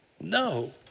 No